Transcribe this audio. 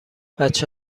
بچه